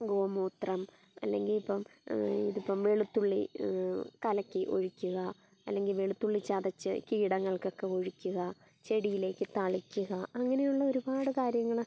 ഗോമൂത്രം അല്ലെങ്കിൽ ഇപ്പം ഇത് ഇപ്പം വെളുത്തുള്ളി കലക്കി ഒഴിക്കുക അല്ലെങ്കിൽ വെളുത്തുള്ളി ചതച്ച് കീടങ്ങൾക്കൊക്കെ ഒഴിക്കുക ചെടിയിലേക്ക് തളിക്കുക അങ്ങനെയുള്ള ഒരുപാട് കാര്യങ്ങൾ